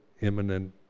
imminent